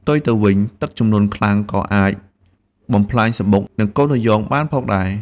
ផ្ទុយទៅវិញ ទឹកជំនន់ខ្លាំង ក៏អាចបំផ្លាញសម្បុក និងកូនត្រយងបានផងដែរ។